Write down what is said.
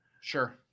Sure